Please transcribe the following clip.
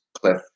cliff